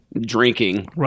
drinking